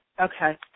Okay